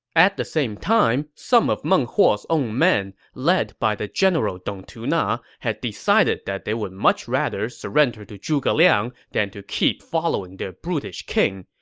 at the same time, some of meng huo's own men, led by the general dong tuna, had decided that they would much rather surrender to zhuge liang than to keep following their brutish king,